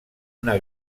una